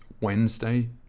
Wednesday